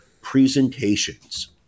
presentations